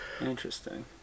Interesting